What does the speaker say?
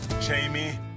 Jamie